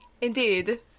Indeed